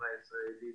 החברה הישראלית